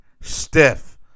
stiff